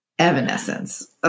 evanescence